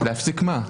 להפסיק מה?